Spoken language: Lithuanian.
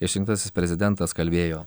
išrinktasis prezidentas kalbėjo